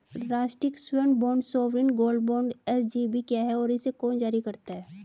राष्ट्रिक स्वर्ण bond sovereign gold bond SGB क्या है और इसे कौन जारी करता है?